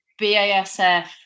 BASF